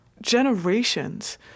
Generations